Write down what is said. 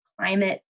climate